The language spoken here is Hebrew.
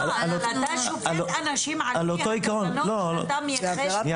אבל אתה שופט אנשים לפי הכוונות שאתה מייחס להם.